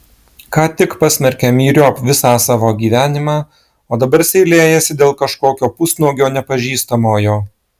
ką tik pasmerkė myriop visą savo gyvenimą o dabar seilėjasi dėl kažkokio pusnuogio nepažįstamojo